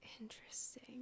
interesting